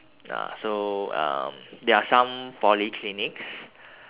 uh so um there are some polyclinics